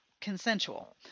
consensual